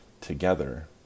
together